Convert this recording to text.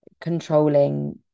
controlling